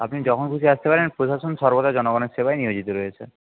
আপনি যখন খুশি আসতে পারেন প্রশাসন সর্বদা জনগণের সেবায় নিয়োজিত রয়েছে